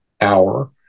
hour